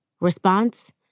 Response